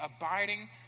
abiding